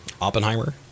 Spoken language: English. Oppenheimer